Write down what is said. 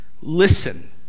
Listen